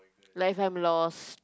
like if I'm lost